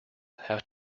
have